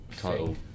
title